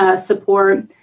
support